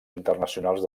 internacionals